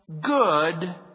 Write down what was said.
good